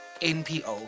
NPO